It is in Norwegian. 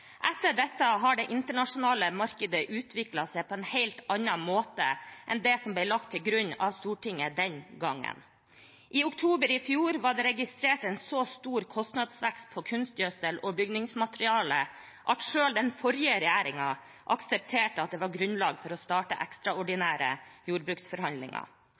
Etter dette har det internasjonale markedet utviklet seg på en helt annen måte enn det som ble lagt til grunn av Stortinget den gangen. I oktober i fjor var det registrert en så stor kostnadsvekst på kunstgjødsel og bygningsmateriale at selv den forrige regjeringen aksepterte at det var grunnlag for å starte ekstraordinære jordbruksforhandlinger.